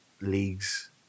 leagues